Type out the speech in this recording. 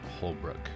Holbrook